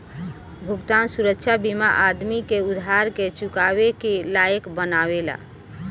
भुगतान सुरक्षा बीमा आदमी के उधार के चुकावे के लायक बनावेला